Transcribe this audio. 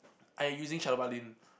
I using Shadow Paladin